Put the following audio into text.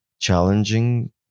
challenging